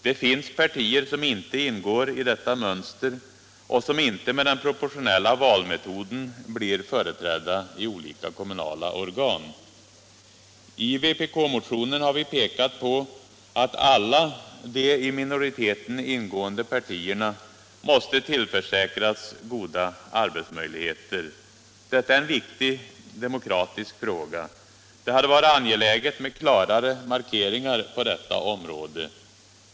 Det finns partier som inte ingår i detta mönster och som med den proportionella valmetoden inte blir företrädda i olika kommunala organ. I vpk-motionen har vi pekat på att alla de i minoriteten ingående partierna måste tillförsäkras goda arbetsmöjligheter. Detta är en viktig demokratisk fråga. Det hade varit angeläget med klarare markeringar på detta område.